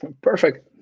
perfect